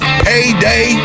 payday